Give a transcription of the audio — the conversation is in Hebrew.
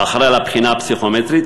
האחראי על הבחינה הפסיכומטרית,